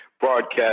broadcast